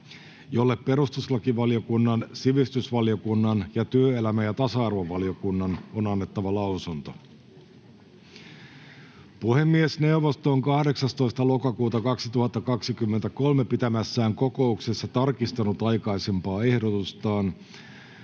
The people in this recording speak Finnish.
jolle perustuslakivaliokunnan, sivistysvaliokunnan ja työelämä- ja tasa-arvovaliokunnan on annettava lausunto. Puhemiesneuvosto on 18.10.2023 pitämässään kokouksessa tarkistanut aikaisempaa ehdotustaan